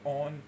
on